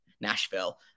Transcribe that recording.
Nashville